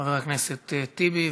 חבר הכנסת טיבי.